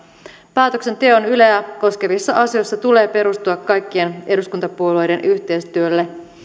päätöksenteon yleä koskevissa asioissa tulee perustua kaikkien eduskuntapuolueiden yhteistyölle